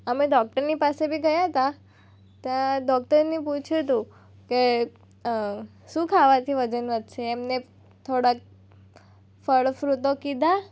અમે ડોક્ટરની પાસે બી ગયા તા ત્યાં ડોક્ટરને પૂછ્યું હતું કે શું ખાવાથી વજન વધશે એમને થોડાક ફળ ફ્રૂટો કીધા